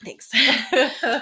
Thanks